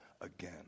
again